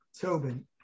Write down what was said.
Tobin